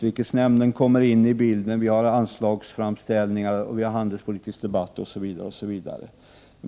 Men till detta kommer utrikesnämnden, anslagsframställningar, handelspolitiska debatter, osv.